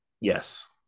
Yes